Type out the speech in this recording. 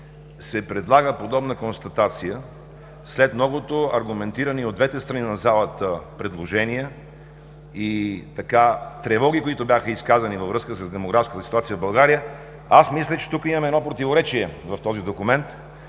се предлага подобна констатация, след многото аргументирани от двете страни на залата предложения и тревогите, които бяха изказани във връзка с демографската ситуация в България, аз мисля, че в този документ